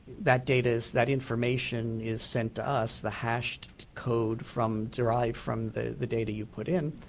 that data is that information is sent to us, the hashed code from derived from the the data you put in.